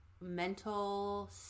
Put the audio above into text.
mental